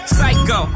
Psycho